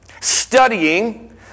studying